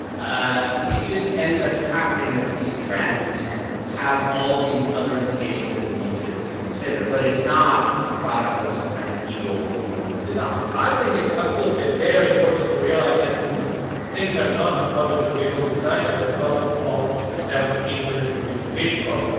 ah it just ends up happening that these trends have all of these other implications that we need to to consider, but it's not the product of some kind of evil evil design i think it's absolutely very important to realize that things are not a product of evil design but a product of self-interest of individuals,